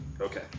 Okay